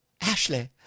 Ashley